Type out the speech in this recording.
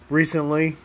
recently